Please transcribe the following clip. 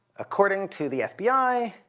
according to the fbi,